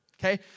Okay